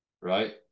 right